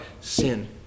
Sin